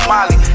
Molly